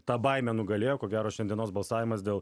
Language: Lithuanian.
tą baimę nugalėjo ko gero šiandienos balsavimas dėl